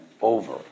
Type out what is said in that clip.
over